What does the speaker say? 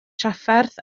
trafferth